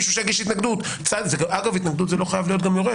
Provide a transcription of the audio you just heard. מגיש ההתנגדות לא חייב להיות היורש,